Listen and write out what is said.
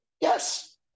Yes